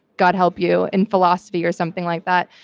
god help you, in philosophy or something like that.